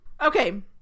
okay